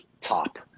top